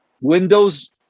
Windows